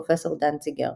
פרופ' דנציגר.